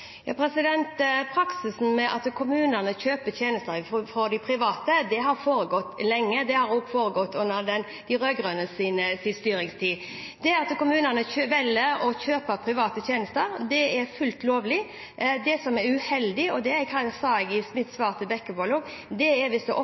Praksisen med at kommunene kjøper tjenester fra de private, har foregått lenge. Det har også foregått i de rød-grønnes styringstid. Det at kommunene velger å kjøpe private tjenester, er fullt lovlig. Det som er uheldig, og det sa jeg også i mitt svar til Bekkevold, er hvis det oppstår en dobbeltrolle der de som gjør undersøkelsene, også er